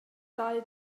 dau